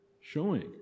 Showing